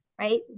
right